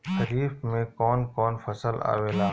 खरीफ में कौन कौन फसल आवेला?